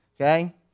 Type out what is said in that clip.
okay